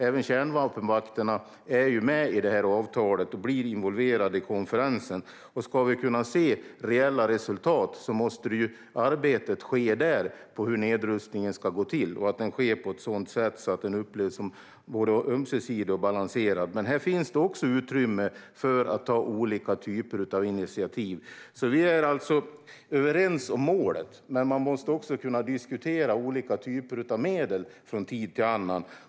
Även kärnvapenmakterna är med i avtalet och blir involverade i konferensen, och om vi ska kunna se reella resultat måste arbetet ske där när det gäller hur nedrustningen ska gå till och att den sker på ett sådant sätt att den upplevs som både ömsesidig och balanserad. Här finns utrymme för att ta olika typer av initiativ. Vi är alltså överens om målet, men man måste också kunna diskutera olika typer av medel från tid till annan.